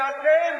זה אתם.